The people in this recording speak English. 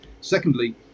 Secondly